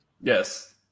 Yes